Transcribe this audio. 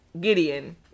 gideon